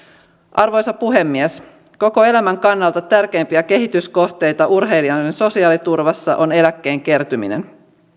arvoisa puhemies koko elämän kannalta tärkeimpiä kehityskohteita urheilijoiden sosiaaliturvassa on eläkkeen kertyminen